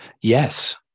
Yes